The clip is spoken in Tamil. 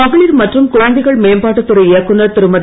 மகளிர் மற்றும் குழந்தைகள் மேம்பாட்டுத்துறை இயக்குநர் திருமதி